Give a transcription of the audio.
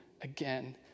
again